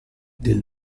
del